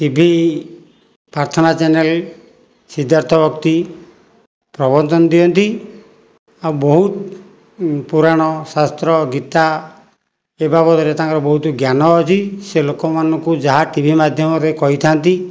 TV ପ୍ରାର୍ଥନା channel Siddharth ଭକ୍ତି ପ୍ରବଚନ ଦିଅନ୍ତି ଆଉ ବହୁତ ପୁରାଣ ଶାସ୍ତ୍ର ଗୀତା ଏ ବାବଦରେ ତାଙ୍କର ବହୁତ ଜ୍ଞାନ ଅଛି ସେ ଲୋକମାନଙ୍କୁ ଯାହା ଟିଭି ମାଧ୍ୟମରେ କହିଥାନ୍ତି